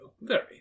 very